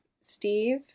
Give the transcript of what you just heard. Steve